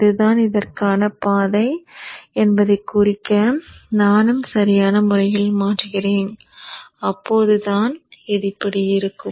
இது தான் இதற்கான பாதை என்பதை குறிக்க நானும் சரியான முறையில் மாற்றுகிறேன் அப்போதுதான் இது இப்படி இருக்கும்